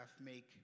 make